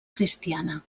cristiana